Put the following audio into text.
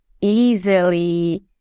easily